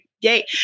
Yay